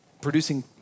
producing